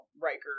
Riker